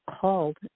called